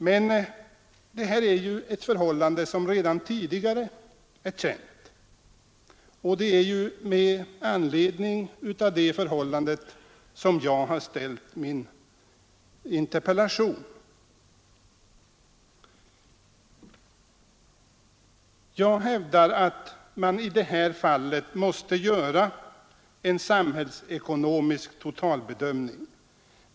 Men detta är ett förhållande som redan tidigare var känt, och det är med anledning av det förhållandet som jag har framställt min interpellation. Jag hävdar att man i detta fall måste göra en samhällsekonomisk totalbedömning.